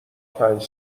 پنج